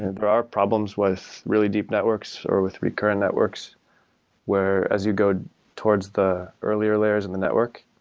there are problems with really deep networks or with recurrent networks where as you go towards the earlier layers in the network,